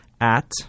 at-